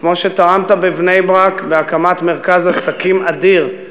כמו שתרמת בבני-ברק בהקמת מרכז עסקים אדיר,